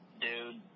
Dude